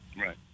Right